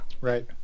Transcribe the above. right